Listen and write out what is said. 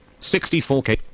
64K